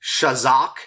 shazak